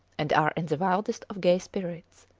and are in the wildest of gay spirits.